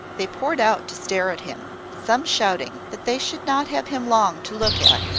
they poured out to stare at him, some shouting that they should not have him long to look at,